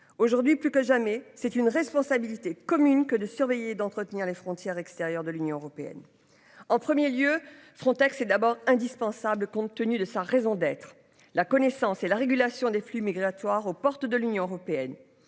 Aujourd'hui plus que jamais c'est une responsabilité commune que le surveiller d'entretenir les frontières extérieures de l'Union européenne. En 1er lieu Frontex. C'est d'abord indispensable compte tenu de sa raison d'être. La connaissance et la régulation des flux migratoires aux portes de l'Union européenne,